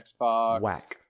Xbox